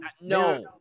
No